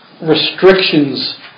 restrictions